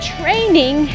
training